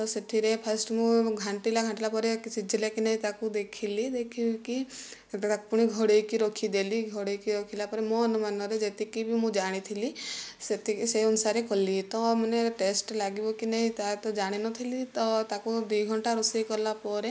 ସେଥିରେ ଫାଷ୍ଟ୍ ମୁଁ ଘାଣ୍ଟିଲା ଘାଣ୍ଟିଲା ପରେ ସିଝିଲା କି ନାଇଁ ତାକୁ ଦେଖିଲି ଦେଖିକି ଢାଙ୍କୁଣୀ ଘୋଡ଼େଇକି ରଖିଦେଲି ଘୋଡ଼େଇକି ରଖିଲା ପରେ ମୋ ଅନୁମାନରେ ଯେତିକି ବି ମୁଁ ଜାଣିଥିଲି ସେତିକି ସେଇ ଅନୁସାରେ କଲି ତ ମାନେ ଟେଷ୍ଟ୍ ଲାଗିବ କି ନାଇଁ ତା ତ ଜାଣିନଥିଲି ତ ତାକୁ ଦୁଇ ଘଣ୍ଟା ରୋଷେଇ କରିଲା ପରେ